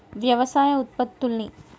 వ్యవసాయ ఉత్పత్తుల్ని